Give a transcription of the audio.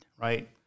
right